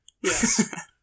yes